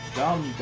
dumb